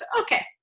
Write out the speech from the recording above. Okay